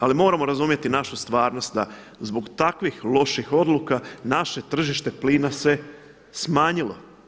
Ali moramo razumjeti našu stvarnost da zbog takvih loših odluka naše tržište plina se smanjilo.